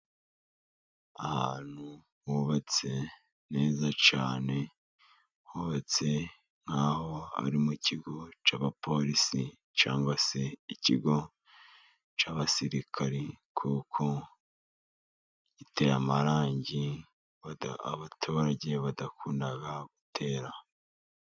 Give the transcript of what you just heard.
Ahantu hubatse neza cyane ,hubatse nk'aho ari mu kigo cy'abapolisi cyangwa se ikigo cy'abasirikari kuko giteye amarangi, abaturage badakunda gutera.